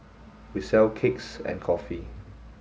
we sell cakes and coffee